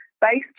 based